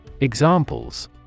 Examples